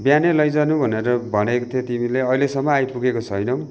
बिहानै लैजानु भनेर भनेको थिएँ तिमीले अहिलेसम्म आइपुगेको छैनौ